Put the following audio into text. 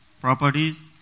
properties